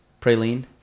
Praline